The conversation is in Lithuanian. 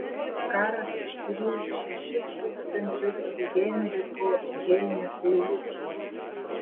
karas ištrynė šešis tūkstančius heinricho heinės eilučių